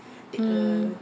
mm